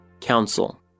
Council